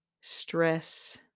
stress